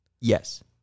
Yes